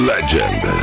Legend